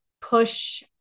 push